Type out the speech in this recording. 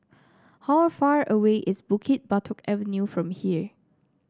how far away is Bukit Batok Avenue from here